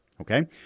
okay